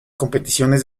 competiciones